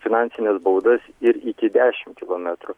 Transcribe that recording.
finansines baudas ir iki dešim kilometrų